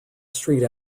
street